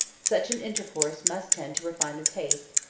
such an intercourse must tend to refine the taste,